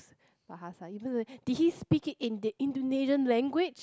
Bahasa even though did he speak it in the Indonesian language